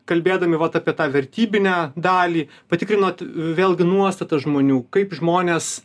kalbėdami vat apie tą vertybinę dalį patikrinot vėlgi nuostatas žmonių kaip žmonės